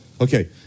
Okay